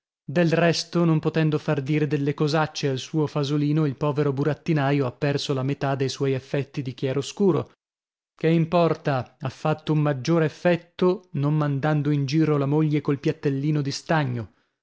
del resto non potendo far dire delle cosacce al suo fasolino il povero burattinaio ha perso la metà dei suoi effetti di chiaroscuro che importa ha fatto un maggior effetto non mandando in giro la moglie col piattellino di stagno